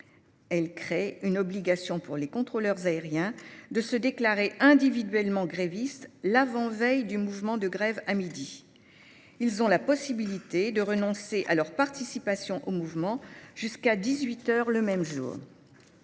Elle crée une obligation, pour les contrôleurs aériens, de se déclarer individuellement grévistes l'avant-veille du mouvement de grève, avant midi. Ils ont la possibilité de renoncer à leur participation au mouvement jusqu'à dix-huit heures le même jour.